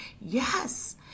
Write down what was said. Yes